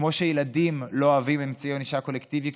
כמו שילדים לא אוהבים אמצעי ענישה קולקטיבי,